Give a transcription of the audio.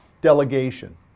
Delegation